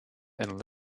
and